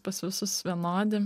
pas visus vienodi